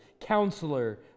Counselor